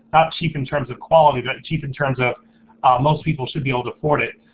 not cheap in terms of quality but cheap in terms of most people should be able to afford it,